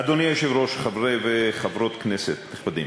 אדוני היושב-ראש, חברי וחברות כנסת נכבדים,